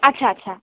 আচ্ছা আচ্ছা